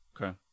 okay